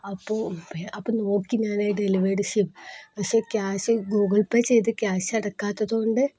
അപ്പോള് അപ്പോള് നോക്കി ഞാനത് ഡെലിവേഡ് പക്ഷെ ക്യാഷ് ഗൂഗിൾ പേ ചെയ്ത് ക്യാഷ് അടയ്ക്കാത്തതുകൊണ്ട്